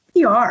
PR